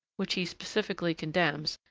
which he specially condemns,